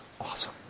awesome